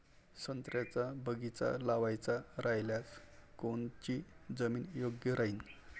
संत्र्याचा बगीचा लावायचा रायल्यास कोनची जमीन योग्य राहीन?